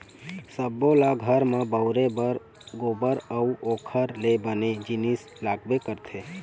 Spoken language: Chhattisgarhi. सब्बो ल घर म बउरे बर गोरस अउ ओखर ले बने जिनिस लागबे करथे